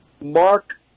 Mark